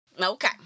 Okay